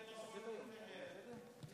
חברים, אני ארשה להצביע מלמטה, אבל